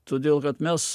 todėl kad mes